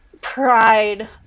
pride